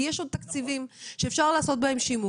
כי יש שם תקציבים שאפשר לעשות בהם שימוש.